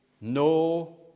no